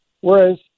whereas